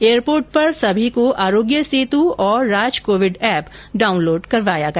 air port पर सभी को आरोग्य सेतु और राजकोविड एप डाउनलोड करवाया गया